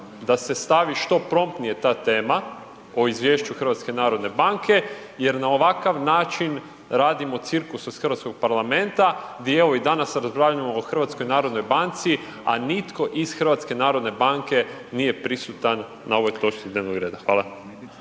da se stavi što promptnije ta tema o izvješću HNB-a jer na ovakav način radimo cirkus od hrvatskog parlamenta gdje evo i danas raspravljamo o HNB-u, a nitko iz HNB-a nije prisutan na ovoj točci dnevnog reda. Hvala.